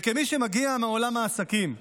כמי שמגיע מעולם העסקים,